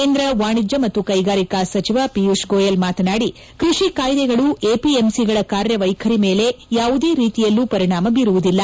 ಕೇಂದ್ರ ವಾಣಿಜ್ಞ ಮತ್ತು ಕೈಗಾರಿಕಾ ಸಚಿವ ಪಿಯೂಷ್ ಗೋಯಲ್ ಮಾತನಾಡಿ ಕೃಷಿ ಕಾಯ್ಲೆಗಳು ಎಪಿಎಂಸಿಗಳ ಕಾರ್ಯವೈಖರಿ ಮೇಲೆ ಯಾವುದೇ ರೀತಿಯಲ್ಲೂ ಪರಿಣಾಮ ಬೀರುವುದಿಲ್ಲ